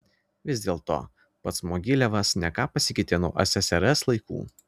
vis dėlto pats mogiliavas ne ką pasikeitė nuo ssrs laikų